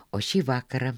o šį vakarą